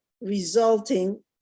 resulting